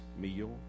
meal